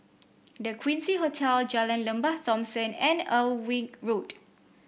The Quincy Hotel Jalan Lembah Thomson and Alnwick Road